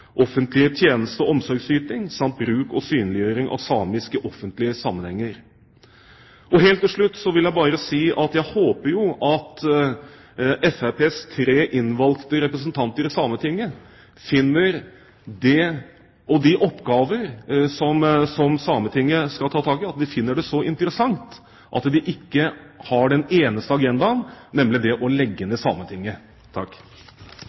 offentlige sammenhenger. Helt til slutt vil jeg bare si at jeg håper jo at Fremskrittspartiets tre innvalgte representanter i Sametinget finner de oppgaver som Sametinget skal ta tak i, så interessante at de ikke har én eneste agenda, nemlig det å legge